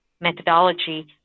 methodology